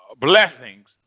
blessings